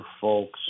folks